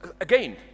Again